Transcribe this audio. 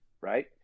right